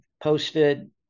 posted